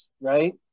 right